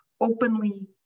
openly